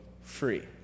free